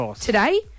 today